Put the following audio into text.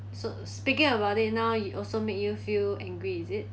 so speaking about it now it also make you feel angry is it